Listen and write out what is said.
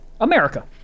America